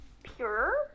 Pure